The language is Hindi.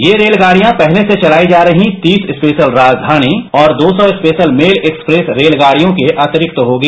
ये रेलगाड़ियां पहले से चलाई जा रही तीस स्पेशल राजघानी और दो सौ स्पेशल मेल एक्सप्रेस रेलगाड़ियों के अतिरिक्त हॉगी